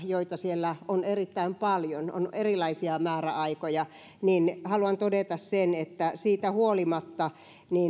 joita siellä on erittäin paljon on erilaisia määräaikoja haluan todeta sen että niistä huolimatta